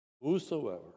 Whosoever